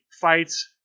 Fights